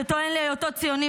שטוען להיותו ציוני,